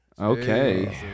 Okay